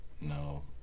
No